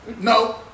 No